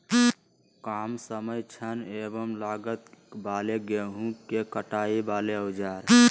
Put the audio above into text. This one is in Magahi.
काम समय श्रम एवं लागत वाले गेहूं के कटाई वाले औजार?